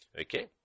Okay